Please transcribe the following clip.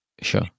Sure